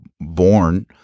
born